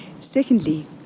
Secondly